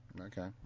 Okay